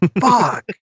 fuck